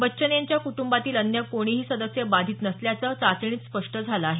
बच्चन यांच्या कूटंबातील अन्य कोणीही सदस्य बाधित नसल्याचं चाचणीत स्पष्ट झालं आहे